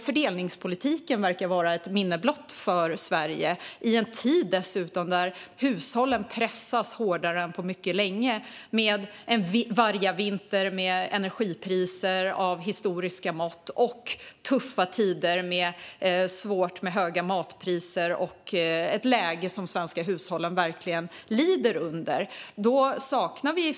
Fördelningspolitiken verkar dessutom vara ett minne blott i Sverige, detta i en tid när hushållen pressas hårdare än på mycket länge av vargavinter, energipriser av historiska mått och höga matpriser. Det är tuffa tider och ett läge som de svenska hushållen verkligen lider under.